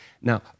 Now